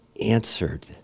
answered